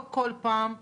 לא כל פעם --- כן,